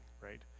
right